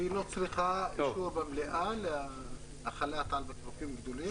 והיא לא צריכה אישור במליאה להחלה על בקבוקים גדולים?